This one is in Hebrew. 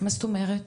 מה זאת אומרת?